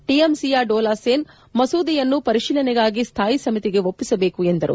ಟಿಎಂಸಿಯ ಡೋಲಾ ಸೇನ್ ಮಸೂದೆಯನ್ನು ಪರಿಶೀಲನೆಗಾಗಿ ಸ್ವಾಯಿ ಸಮಿತಿಗೆ ಒಪ್ಪಿಸಬೇಕೆಂದರು